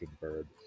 bird